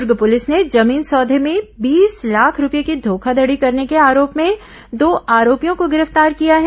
दुर्ग police ने जमीन सौदे में बीस लाख रूपये की घोखाघड़ी करने के आरोप में दो आरोपियों को गिरफ्तार किया है